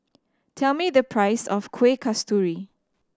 tell me the price of Kuih Kasturi